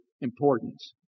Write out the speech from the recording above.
importance